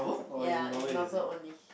ya in Marvel only